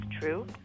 True